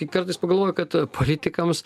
kartais pagalvoju kad politikams